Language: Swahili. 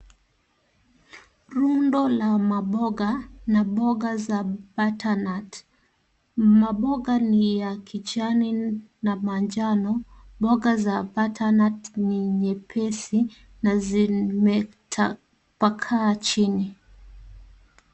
Rundo la maboga na boga za butternut , maboga ni ya kijani na manjano. Boga za butternut ni nyepesi na zimetapakaa chini.